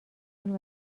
کنیم